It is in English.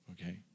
Okay